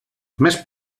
més